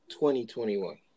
2021